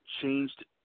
changed